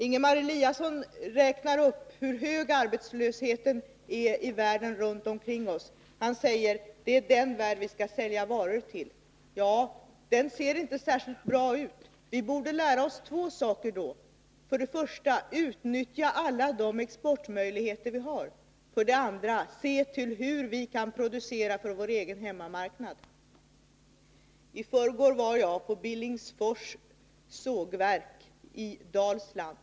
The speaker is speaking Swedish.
Ingemar Eliasson räknar upp hur hög arbetslösheten är i världen omkring oss. Han säger: Det är den världen som vi skall sälja varor till. Ja, den ser inte särskilt bra ut. Vi borde därför lära oss två saker. För det första: Utnyttja alla de exportmöjligheter vi har. För det andra: Se till hur vi skall producera för vår egen hemmamarknad. I förrgår var jag på Billingsfors Sågverk i Dalsland.